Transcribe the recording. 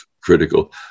critical